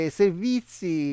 servizi